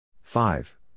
Five